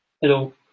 Hello